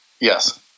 yes